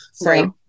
right